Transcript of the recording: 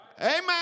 Amen